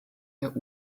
der